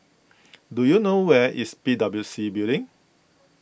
do you know where is P W C Building